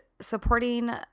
supporting